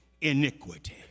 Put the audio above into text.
iniquity